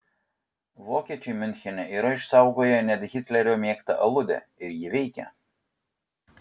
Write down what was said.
vokiečiai miunchene yra išsaugoję net hitlerio mėgtą aludę ir ji veikia